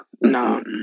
no